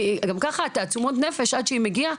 גם ככה תעצומות הנפש עד שהיא מגיעה.